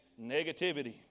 Negativity